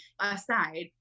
aside